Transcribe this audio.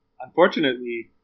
unfortunately